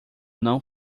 não